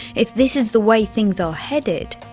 if this is the way things are heading,